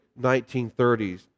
1930s